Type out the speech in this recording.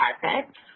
perfect